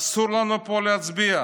אסור לנו פה להצביע.